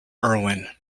irwin